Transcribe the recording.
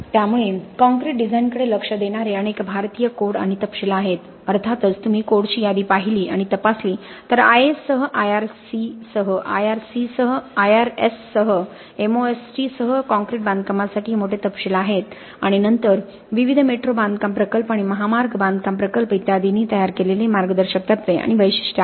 त्यामुळे कॉंक्रिट डिझाइनकडे लक्ष देणारे अनेक भारतीय कोड आणि तपशील आहेत अर्थातच तुम्ही कोडची यादी पाहिली आणि तपासले तर IAS सह IRC सह IRS सह MOST सह कॉंक्रिट बांधकामासाठी ते मोठे तपशील आहेत आणि नंतर विविध मेट्रो बांधकाम प्रकल्प आणि महामार्ग बांधकाम प्रकल्प इत्यादींनी तयार केलेले मार्गदर्शक तत्त्वे आणि वैशिष्ट्य आहेत